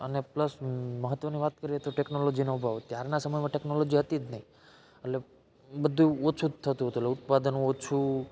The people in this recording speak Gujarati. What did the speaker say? અને પ્લસ મહત્વની વાત કરીએ તો ટેક્નોલોજીનો અભાવ ત્યારના સમયમાં ટેક્નોલોજી હતી જ નહીં એટલે બધું જ ઓછું જ થતું હતું ઉત્પાદન ઓછું